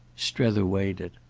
strether weighed it.